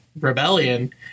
rebellion